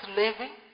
living